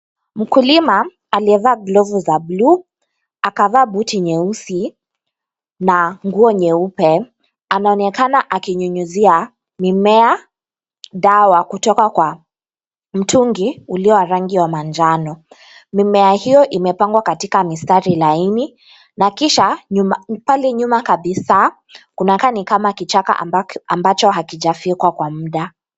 Mkulima amevaa glovu za bluu, akavaa boti nyeusi na nguo nyeupe. Anaonekana akinyunyizia mimea dawa kutoka kwa mtungi ulio wa rangi wa manjano. Mimea hiyo imepangwa katika mistari laini. Na kisha pale nyuma kabisa, kuna kaa ni kama kichaka ambacho hakijafyekwa kwa muda.